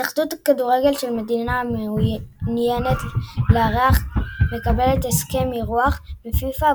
התאחדות הכדורגל של המדינה המעוניינת לארח מקבלת "הסכם אירוח" מפיפ"א,